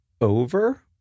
over